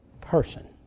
person